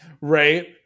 Right